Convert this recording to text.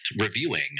reviewing